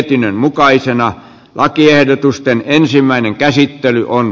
ihmeen mukaisena lakiehdotusten ensimmäinen käsittely on